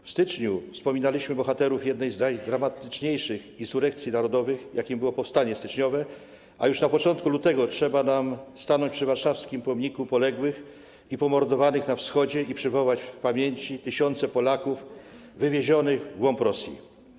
W styczniu wspominaliśmy bohaterów jednej z najdramatyczniejszych insurekcji narodowych, jaką było powstanie styczniowe, a już na początku lutego trzeba nam stanąć przy warszawskim Pomniku Poległym i Pomordowanym na Wschodzie i przywołać w pamięci tysiące Polaków wywiezionych w głąb Rosji.